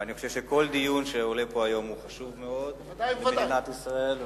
ואני חושב שכל דיון שעולה פה היום הוא חשוב מאוד למדינת ישראל,